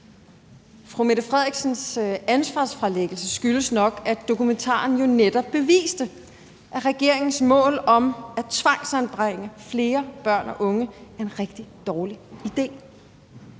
Statsministerens ansvarsfralæggelse skyldes nok, at dokumentaren jo netop beviste, at regeringens mål om at tvangsanbringe flere børn og unge er en rigtig dårlig idé.